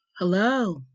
Hello